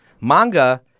manga